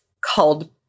called